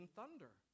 thunder